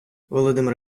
володимир